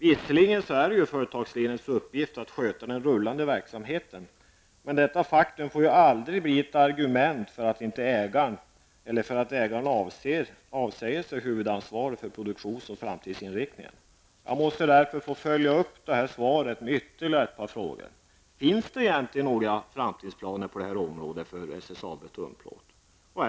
Visserligen är det företagsledningens uppgift att sköta den rullande verksamheten, men detta faktum får aldrig bli ett argument för ägaren att avsäga sig huvudansvaret för produktion och framtidsinriktning. Jag måste därför få följa upp svaret med ytterligare ett par frågor: Finns det egentligen några framtidsplaner på detta område för SSAB Tunnplåt?